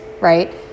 right